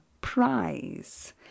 prize